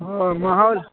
हँ माहौल